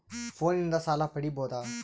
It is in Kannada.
ಫೋನಿನಿಂದ ಸಾಲ ಪಡೇಬೋದ?